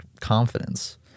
confidence